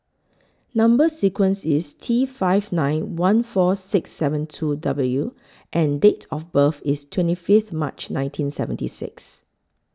Number sequence IS T five nine one four six seven two W and Date of birth IS twenty Fifth March nineteen seventy six